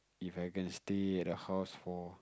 If I can stay at the house for